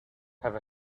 have